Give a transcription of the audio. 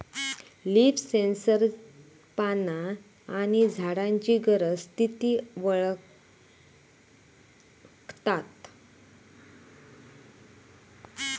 leaf sensor पाना आणि झाडांची गरज, स्थिती वळखता